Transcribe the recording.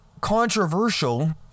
controversial